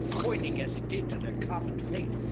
pointing as it did to their common fate.